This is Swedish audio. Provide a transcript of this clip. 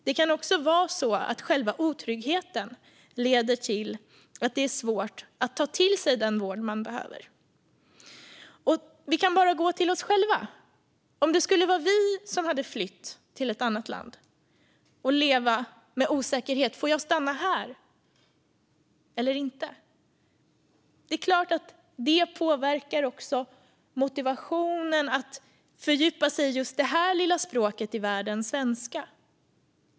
Det kan också vara så att själva otryggheten leder till att det är svårt att ta till sig den vård man behöver. Vi kan gå till oss själva - om det var vi som hade flytt till ett annat land och levde med osäkerheten om vi får stanna här eller inte. Det är klart att det påverkar motivationen att fördjupa sig i just det lilla språk i världen som svenska är.